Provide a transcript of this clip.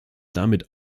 damit